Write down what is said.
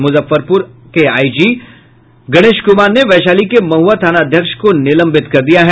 Muzaffarpur IG Ganesh Kumar ने वैशाली के महुआ थानाध्यक्ष को निलंबित कर दिया है